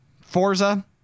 Forza